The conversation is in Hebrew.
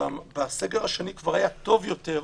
שבסגר השני כבר היה טוב יותר,